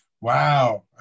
Wow